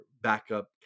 backup